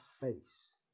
face